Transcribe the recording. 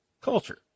culture